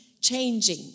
changing